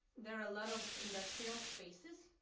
there are a lot of industrial spaces.